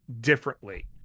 differently